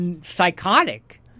psychotic